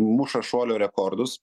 muša šuolio rekordus